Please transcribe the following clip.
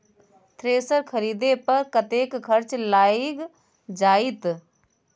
Thresher खरीदे पर कतेक खर्च लाईग जाईत?